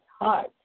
heart